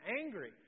angry